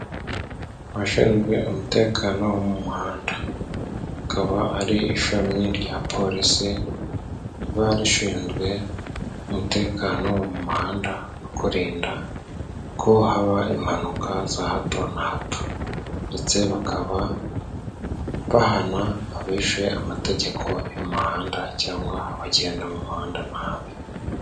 Abashinzwe umutekano wo mu muhanda, bakaba ari ishami rya polisi riba rishinzwe umutekano wo mu muhanda no kurinda ko haba impanuka za hato na hato. Ndetse bakaba bahana abishe amategeko y’umuhanda cyangwa abagenda mu muhanda nabi.